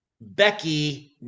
Becky